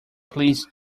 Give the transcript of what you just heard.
please